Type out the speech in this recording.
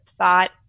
thought